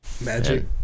Magic